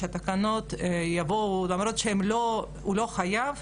למרות שהוא לא חייב